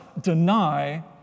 deny